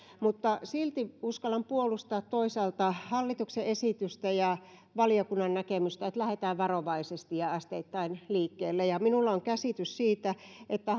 mutta silti uskallan toisaalta puolustaa hallituksen esitystä ja valiokunnan näkemystä että lähdetään varovaisesti ja asteittain liikkeelle minulla on käsitys siitä että